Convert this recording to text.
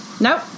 Nope